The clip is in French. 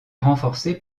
renforcé